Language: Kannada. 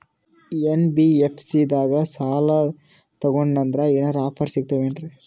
ಎನ್.ಬಿ.ಎಫ್.ಸಿ ದಾಗ ಏನ್ರ ಸಾಲ ತೊಗೊಂಡ್ನಂದರ ಏನರ ಆಫರ್ ಸಿಗ್ತಾವೇನ್ರಿ?